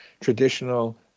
traditional